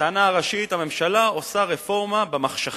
הטענה הראשית, הממשלה עושה רפורמה במחשכים.